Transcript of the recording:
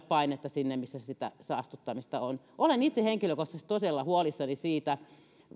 painetta sinne missä sitä saastuttamista on olen itse henkilökohtaisesti todella huolissani